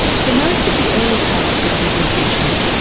for most of the early part of the twentieth century,